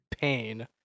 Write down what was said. pain